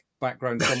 background